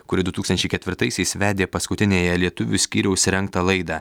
kuri du tūkstančiai ketvirtaisiais vedė paskutiniąją lietuvių skyriaus rengtą laidą